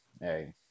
hey